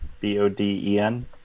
B-O-D-E-N